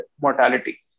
mortality